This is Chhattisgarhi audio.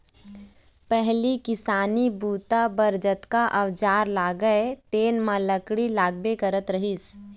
पहिली किसानी बूता बर जतका अउजार लागय तेन म लकड़ी लागबे करत रहिस हे